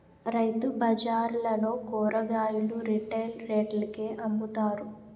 రైతుబజార్లలో కూరగాయలు రిటైల్ రేట్లకే అమ్ముతారు